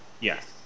Yes